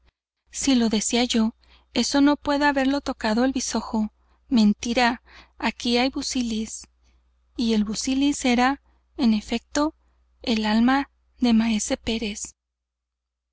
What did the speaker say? si lo decía yo eso no puede haberlo tocado el bisojo mentira aquí hay busiles y el busilis era en efecto el alma de maese pérez